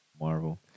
marvel